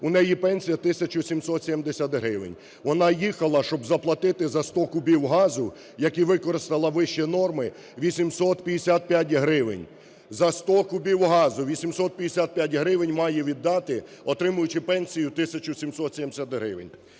У неї пенсія 1 тисяча 770 гривень, вона їхала, щоб заплатити за 100 кубів газу, які використала вище норми, 855 гривень. За сто кубів газу 855 гривень має віддати, отримуючи пенсію 1 тисячу 770 гривень.